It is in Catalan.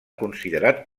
considerat